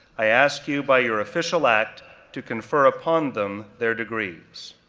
i ask you by your official act to confer upon them their degrees.